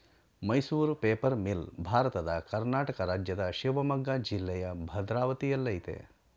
Mysuru paper mill ಭಾರತದ ಕರ್ನಾಟಕ ರಾಜ್ಯದ ಶಿವಮೊಗ್ಗ ಜಿಲ್ಲೆಯ ಭದ್ರಾವತಿಯಲ್ಲಯ್ತೆ